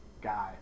guy